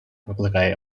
викликає